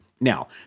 Now